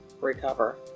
recover